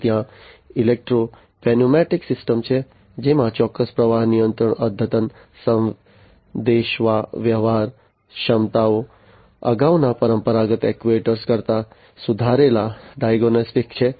પછી ત્યાં electro pneumatic systems છે જેમાં ચોક્કસ પ્રવાહ નિયંત્રણ અદ્યતન સંદેશાવ્યવહાર ક્ષમતાઓ અગાઉના પરંપરાગત એક્ટ્યુએટર્સ કરતાં સુધારેલ ડાયગ્નોસ્ટિક્સ છે